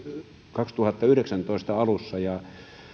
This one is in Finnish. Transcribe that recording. kaksituhattayhdeksäntoista alussa ja